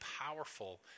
powerful